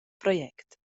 project